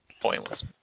pointless